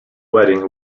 wedding